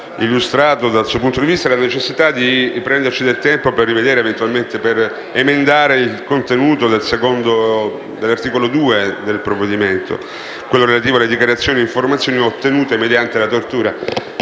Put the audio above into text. il quale ha illustrato, dal suo punto di vista, la necessità di prenderci del tempo per rivedere ed eventualmente emendare il contenuto dell'articolo 2 del provvedimento, quello relativo alle dichiarazioni o informazioni ottenute mediante la tortura.